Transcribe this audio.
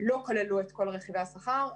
כללו את כל רכיבי השכר.